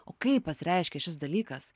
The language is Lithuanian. o kaip pasireiškia šis dalykas